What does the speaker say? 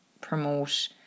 promote